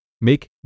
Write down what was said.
Make